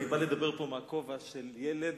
אני בא לדבר פה בכובע של ילד